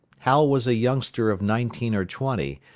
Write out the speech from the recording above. hal was a youngster of nineteen or twenty,